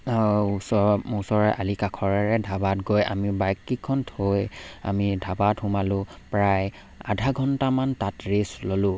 ওচৰ ওচৰৰে আলি কাষৰেৰে ধাবাত গৈ আমি বাইককেইখন থৈ আমি ধাবাত সোমালো প্ৰায় আধা ঘণ্টামান তাত ৰেষ্ট ল'লোঁ